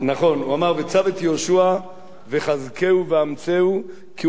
הוא אמר: "וצו את יהושע וחזקהו ואמצהו כי הוא יעבֹר